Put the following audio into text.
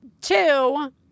Two